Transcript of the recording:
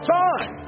time